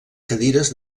cadires